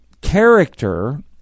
character